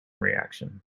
reaction